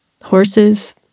horses